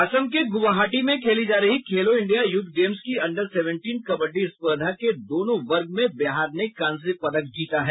असम के गुवाहाटी में खेली जा रही खेलो इंडिया यूथ गेम्स की अंडर सेंवेटीन कबड्डी स्पर्धा के दोनों वर्ग में बिहार ने कांस्य पदक जीता है